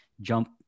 jump